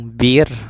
beer